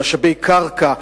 במשאבי קרקע,